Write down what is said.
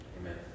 Amen